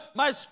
mas